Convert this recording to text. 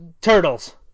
Turtles